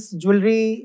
jewelry